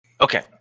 Okay